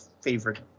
favorite